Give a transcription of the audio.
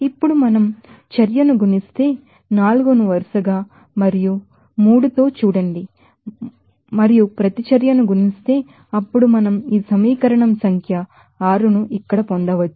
ఇప్పుడు మనం చర్యను గుణిస్తే 4 ను వరసగా 4 మరియు 3 తో చూడండి మరియు ప్రతిచర్యను మల్టిప్లై చేస్తే అప్పుడు మనం ఈ ఇక్వషన్ నెంబర్ 6ను ఇక్కడ పొందవచ్చు